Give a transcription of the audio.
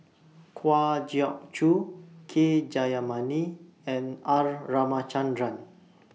Kwa Geok Choo K Jayamani and R Ramachandran